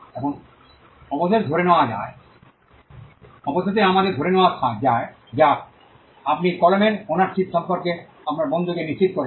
এখন অবশেষে আমাদের ধরে নেওয়া যাক আপনি আপনার কলমের ওনারশিপ সম্পর্কে আপনার বন্ধুকে নিশ্চিত করেছেন